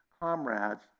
comrades